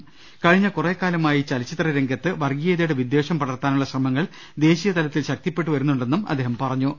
ന കഴിഞ്ഞ കുറേക്കാലമായി ചലച്ചിത്രരംഗത്ത് വർഗീയതയുടെ വിദ്ധേഷം പടർത്താനുള്ള ശ്രമങ്ങൾ ദേശീയതലത്തിൽ ശക്തി പ്പെട്ടുവരുന്നുണ്ടെന്നും അദ്ദേഹം പറഞ്ഞു